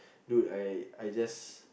dude I I just